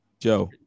Joe